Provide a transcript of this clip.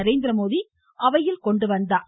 நரேந்திரமோடி அவையில் கொண்டுவந்தார்